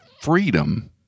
freedom